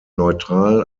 neutral